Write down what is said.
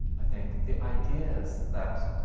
i think, the ideas that